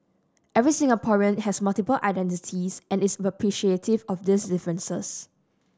every Singaporean has multiple identities and is appreciative of these differences